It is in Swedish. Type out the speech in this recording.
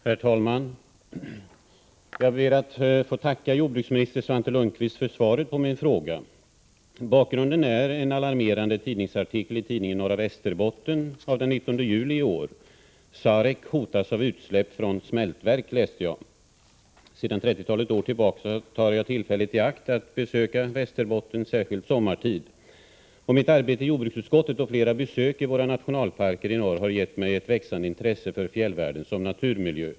Herr talman! Jag ber att tacka jordbruksminister Svante Lundkvist för svaret på min fråga. Bakgrunden är en alarmerande tidningsartikel i tidningen Norra Västerbotten av den 19 juli i år. Sarek hotas av utsläpp från smältverk, läste jag. Sedan trettiotalet år tillbaka tar jag tillfället i akt att besöka Västerbotten, särskilt sommartid. Mitt arbete i jordbruksutskottet och flera besök i våra nationalparker i norr har gett mig ett växande intresse för fjällvärlden som naturmiljö.